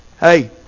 Hey